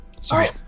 Sorry